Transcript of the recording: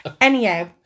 anyhow